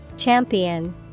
Champion